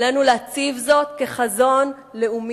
עלינו להציב זאת כחזון לאומי,